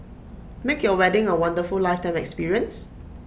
make your wedding A wonderful lifetime experience